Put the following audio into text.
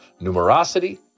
numerosity